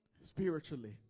spiritually